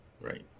Right